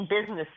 business